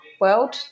world